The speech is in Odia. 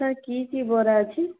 ସାର୍ କି କି ବରା ଅଛି